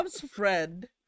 friend